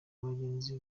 abagenzi